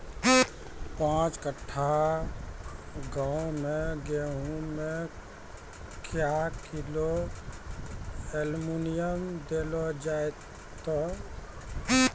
पाँच कट्ठा गांव मे गेहूँ मे क्या किलो एल्मुनियम देले जाय तो?